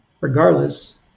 regardless